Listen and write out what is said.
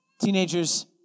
Teenagers